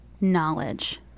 Knowledge